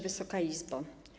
Wysoka Izbo!